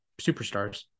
superstars